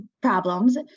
problems